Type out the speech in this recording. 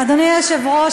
אדוני היושב-ראש,